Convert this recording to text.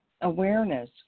awareness